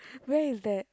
where is that